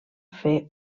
fer